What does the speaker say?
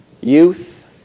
youth